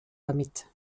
damit